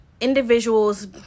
individuals